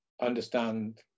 understand